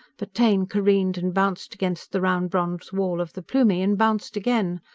but taine careened and bounced against the round bronze wall of the plumie, and bounced again.